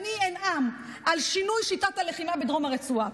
ואנאם על שינוי שיטת הלחימה בדרום הרצועה,